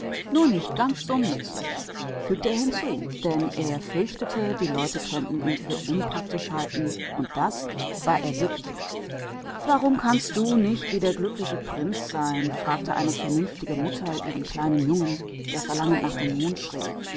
nicht ganz so nützlich fügte er hinzu da er fürchtete man könnte ihn sonst für unpraktisch halten was er durchaus nicht war warum bist du nicht wie der glückliche prinz fragte eine empfindsame mutter ihren kleinen jungen der weinend nach dem